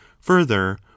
further